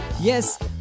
Yes